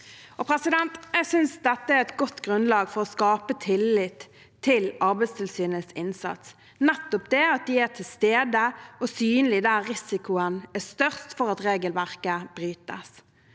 Jeg synes dette er et godt grunnlag for å skape tillit til Arbeidstilsynets innsats – nettopp at de er til stede og synlige der risikoen er størst for at regelverket brytes.